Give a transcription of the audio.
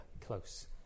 close